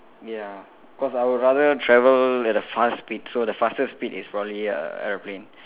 ya cause I would rather travel at a fast speed so the fastest speed is probably a aeroplane